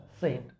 saint